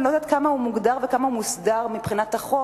אני לא יודעת כמה הוא מוגדר וכמה הוא מוסדר מבחינת החוק,